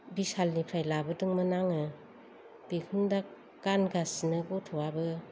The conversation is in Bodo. बिशालनिफ्राय लाबोदोंमोन आङो बेखौनो दा गानगासिनो गथ'वाबो